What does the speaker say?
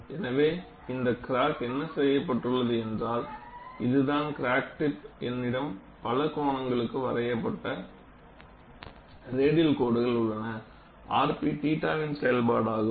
எனவே இங்கே என்ன செய்யப்பட்டுள்ளது என்றால் இது தான் கிராக் டிப் என்னிடம் பல கோணங்களுக்கு வரையப்பட்ட ரேடியல் கோடுகள் உள்ளன rp θ வின் செயல்பாடாகும்